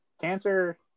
cancer